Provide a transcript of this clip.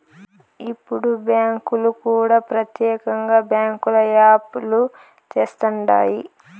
ఇప్పుడు బ్యాంకులు కూడా ప్రత్యేకంగా బ్యాంకుల యాప్ లు తెస్తండాయి